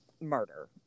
murder